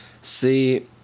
See